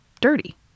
dirty